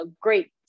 great